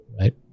right